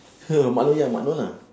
mat noh ya mat noh ah